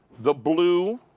the blue,